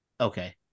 Okay